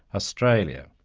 australia.